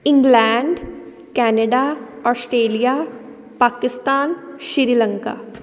England Canada Australia Pakistan Sri Lanka